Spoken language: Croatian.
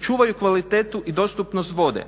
čuvaju kvalitetu i dostupnost vode,